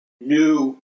new